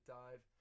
dive